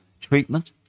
treatment